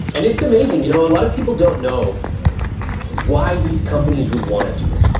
and it's amazing. you know a lot of people don't know why these companies would wanna do it.